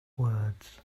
words